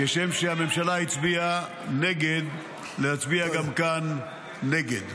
כשם שהממשלה הצביעה נגד, להצביע גם כאן נגד.